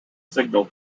signal